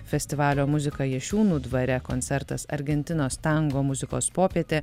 festivalio muzika jašiūnų dvare koncertas argentinos tango muzikos popietė